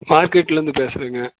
மார்கெட்டில் இருந்து பேசுகிறேங்க